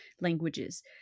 languages